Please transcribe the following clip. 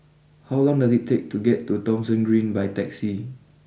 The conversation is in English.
how long does it take to get to Thomson Green by taxi